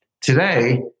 Today